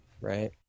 right